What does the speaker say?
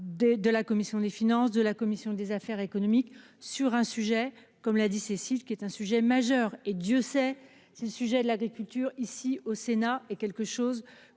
de la commission des finances de la commission des affaires économiques sur un sujet comme l'a dit Cécile qui est un sujet majeur, et Dieu sait si le sujet de l'agriculture ici au Sénat, et quelque chose